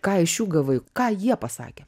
ką iš jų gavai ką jie pasakė